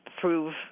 prove